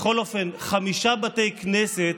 בכל אופן, חמישה בתי כנסת,